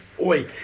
oi